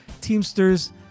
Teamsters